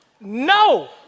no